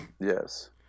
Yes